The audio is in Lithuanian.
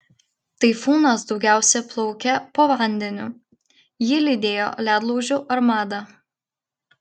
taifūnas daugiausia plaukė po vandeniu jį lydėjo ledlaužių armada